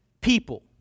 people